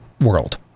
world